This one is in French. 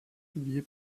publiée